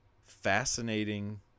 fascinating